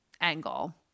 angle